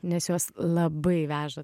nes juos labai veža